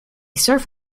surf